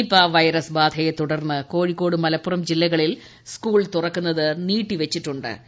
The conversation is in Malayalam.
നിപാ വൈറസ് ബാധയെ തുടർന്ന് കോഴിക്കോട് മലപ്പുറം ജില്ലകളിൽ സ്കൂൾ തുറക്കുന്നത് നീട്ടിവച്ചിട്ടു ്